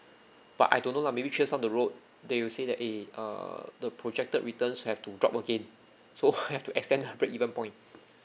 but I don't know lah maybe three years down the road they will say that eh err the projected returns have to drop again so have to extend the break even point